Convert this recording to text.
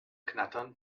knattern